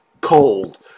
cold